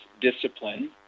discipline